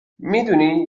میدونی